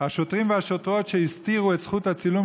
השוטרים והשוטרות שהסתירו את זכות הצילום